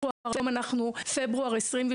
והיום אנחנו בפברואר 2023